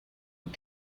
and